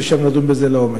ושם נדון בזה לעומק.